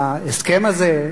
מההסכם הזה,